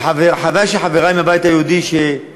וחבל שחברי מהבית היהודי לא